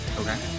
Okay